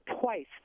twice